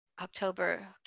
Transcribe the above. October